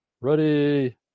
Ready